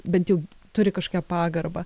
bent jau turi kažkią pagarbą